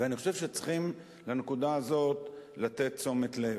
ואני חושב שצריכים לנקודה הזאת לתת תשומת לב.